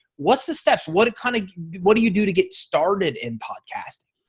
what's the steps what kind of what do you do to get started in podcast?